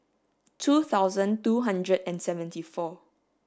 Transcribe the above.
two thousand two hundred and seventy four